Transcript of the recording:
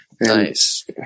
nice